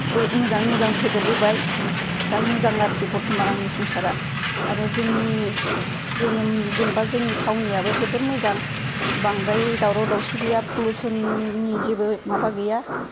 मोजाङै मोजां फेदेरबोबाय दा मोजां आरोखि बर्तमान आंनि संसारा आरो जोंनि जोनोम जेनेबा जोंनि थावनियाबो जोबोद मोजां बांद्राय दावराव दावसि गैया पलुसननि जेबो माबा गैया